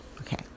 Okay